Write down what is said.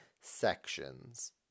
sections